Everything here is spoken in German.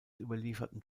überlieferten